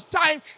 time